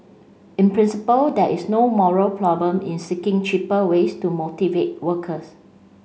in principle there is no moral problem in seeking cheaper ways to motivate workers